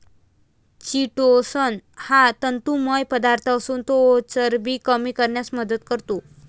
chitosan हा तंतुमय पदार्थ असून तो चरबी कमी करण्यास मदत करतो